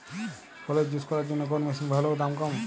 ফলের জুস করার জন্য কোন মেশিন ভালো ও দাম কম?